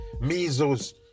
measles